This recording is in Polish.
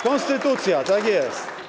Konstytucja, tak jest.